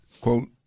quote